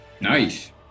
Nice